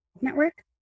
Network